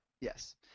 Yes